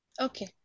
Okay